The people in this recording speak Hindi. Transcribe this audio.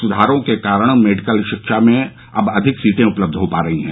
सुधारों के कारण मेडिकल शिक्षा में अब अधिक सीटें उपलब्ध हो पा रही हैं